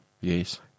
Yes